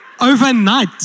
overnight